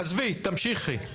כן, כן, אני, עזבי, תמשיכי.